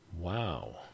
Wow